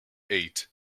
eight